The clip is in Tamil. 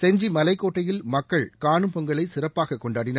செஞ்சி மலைக்கோட்டையில் மக்கள் கானும் பொங்கலை சிறப்பாக கொண்டாடினர்